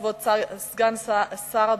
כבוד סגן שר הבריאות,